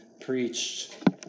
preached